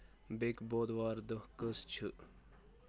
بیٚکہِ بۄدوارِ دۄہ کٔژ چھِ